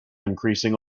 increasing